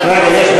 בעיה